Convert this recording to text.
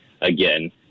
again